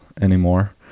anymore